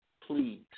please